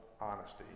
honesty